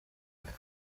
bei